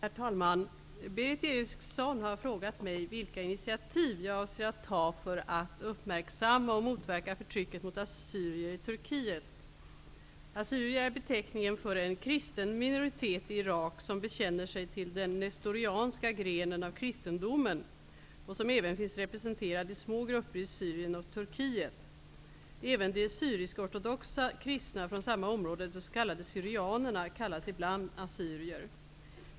Herr talman! Berith Eriksson har frågat mig vilka initiativ jag avser att ta för att uppmärksamma och motverka förtrycket mot assyrier i Turkiet. Assyrier är beteckningen för en kristen minoritet i Irak, som bekänner sig till den nestorianska grenen av kristendomen och som även finns representerad i små grupper i Syrien och Turkiet. Även de syriskortodoxa kristna från samma område, de s.k. syrianerna, kallas ibland assyrier.